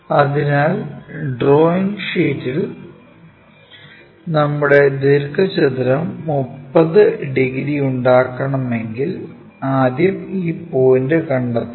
അതിനാൽ ഡ്രോയിംഗ് ഷീറ്റിൽ നമ്മുടെ ദീർഘചതുരം 30 ഡിഗ്രി ഉണ്ടാക്കണമെങ്കിൽ ആദ്യം ഈ പോയിന്റ് കണ്ടെത്തുക